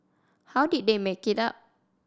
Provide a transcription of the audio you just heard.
how did they make it up